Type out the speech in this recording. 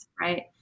right